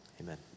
Amen